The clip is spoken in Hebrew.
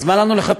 אז מה לנו לחפש?